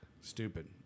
Stupid